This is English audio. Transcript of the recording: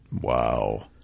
Wow